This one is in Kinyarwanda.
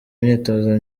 imyitozo